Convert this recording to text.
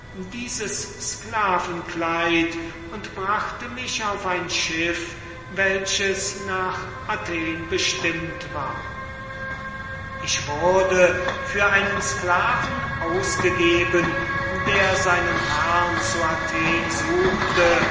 dieses sklavenkleid und brachte mich auf ein schiff welches nach athen bestimmt war ich wurde für einen sklaven ausgegeben der seinen herrn zu athen suchte